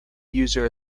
user